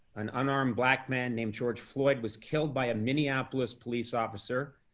an unarmed black man named george floyd was killed by a minneapolis police officer.